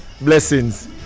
Blessings